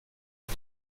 jag